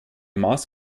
maß